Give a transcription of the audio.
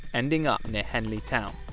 ending up near henley town.